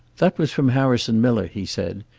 that was from harrison miller, he said.